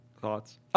Thoughts